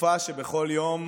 תקופה שבכל יום